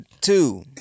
two